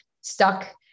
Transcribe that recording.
stuck